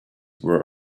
were